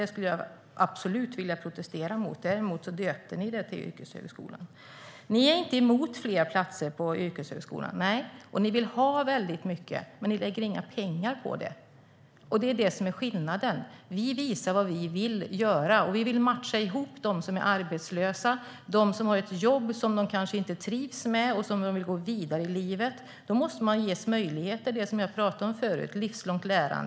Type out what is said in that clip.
Det skulle jag absolut vilja protestera mot. Däremot döpte ni om det till yrkeshögskola. Ni är inte emot fler platser i yrkeshögskolan, och ni vill ha väldigt mycket. Ni lägger dock inga pengar på det. Det är det som är skillnaden. Vi visar vad vi vill göra. Vi vill matcha ihop dem som är arbetslösa med dem som har ett jobb de kanske inte trivs med och som vill gå vidare i livet. Man måste därför ges möjlighet till det jag talade om förut, det vill säga livslångt lärande.